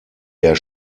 der